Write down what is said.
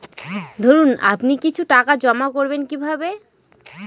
ধরুন আপনি কিছু টাকা জমা করবেন কিভাবে?